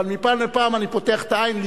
אבל מפעם לפעם אני פותח את העין כדי